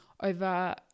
over